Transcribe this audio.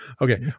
Okay